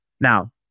Now